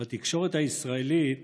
בתקשורת הישראלית